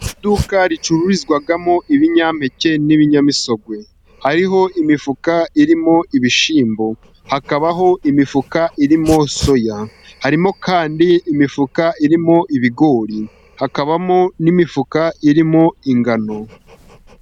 Iduka ricururizwamo ibinyampeke n'ibinyamisogwe. Hariho imifuka irimo ibishyimbo, hakabaho imifuka irimo soya. Harimo kandi imifuka irimo ibigori hakabamo n'imifuka irimo ingano.